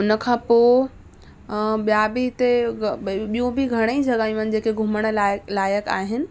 उनखां पोइ ॿिया बि हिते ॿियूं बि घणेई जॻहियूं आहिनि जेके घुमण लाइक़ु आहिनि